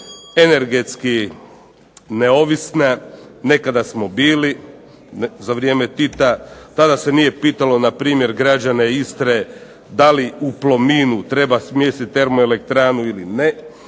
energetski neovisna, nekada smo bili za vrijeme Tita, tada se nije pitalo na primjer građane Istre da li u Plominu treba smjestiti Termoelektranu ili ne,